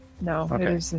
No